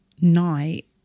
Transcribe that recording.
night